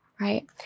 right